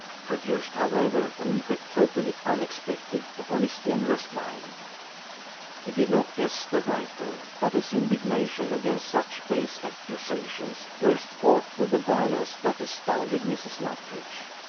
produced, however, an effect totally unexpected upon his generous mind he did not guess the writer but his indignation against such base accusations burst forth with a violence that astounded mrs. luttridge.